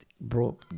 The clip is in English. Bro